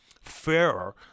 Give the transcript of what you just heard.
fairer